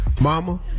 Mama